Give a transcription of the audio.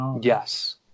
Yes